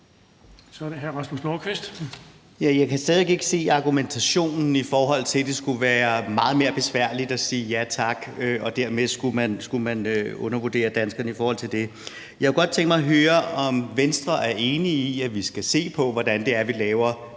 jeg kan stadig ikke se argumentationen, i forhold til at det skulle være meget mere besværligt at sige ja tak. Så undervurderer man danskerne i forhold til det. Jeg kunne godt tænke mig at høre, om Venstre er enige i, at vi skal se på, hvordan vi laver nedgang